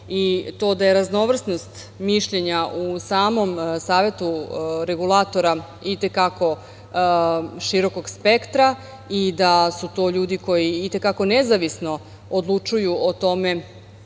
i to da je raznovrsnost mišljenja u samom Savetu regulatora i te kako širokog spektra i da su to ljudi koji i te kako nezavisno odlučuju o tome